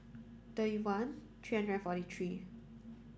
thirty one three hundred and forty three